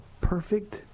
perfect